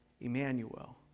Emmanuel